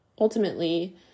ultimately